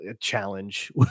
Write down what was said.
challenge